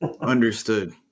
Understood